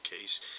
case